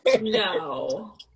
No